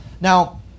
Now